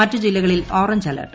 മറ്റ് ജില്ലകളിൽ orange alert